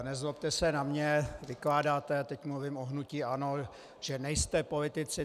Nezlobte se na mě, vykládáte, a teď mluvím o hnutí ANO, že nejste politici.